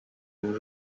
nos